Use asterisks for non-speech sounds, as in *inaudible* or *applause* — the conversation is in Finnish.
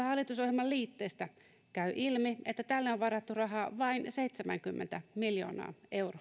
*unintelligible* hallitusohjelman liitteestä käy ilmi että tälle on varattu rahaa vain seitsemänkymmentä miljoonaa euroa